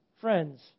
Friends